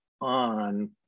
on